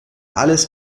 alles